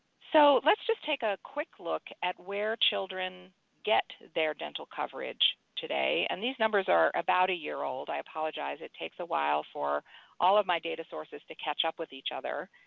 so let's just take a quick look at where children get their dental coverage today, and these numbers are about a year old. i apologize, it takes a while for all of my data sources to catch up with each other.